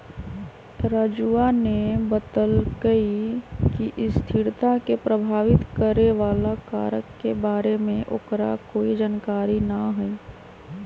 राजूवा ने बतल कई कि स्थिरता के प्रभावित करे वाला कारक के बारे में ओकरा कोई जानकारी ना हई